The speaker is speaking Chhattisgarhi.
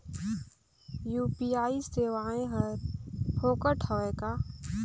यू.पी.आई सेवाएं हर फोकट हवय का?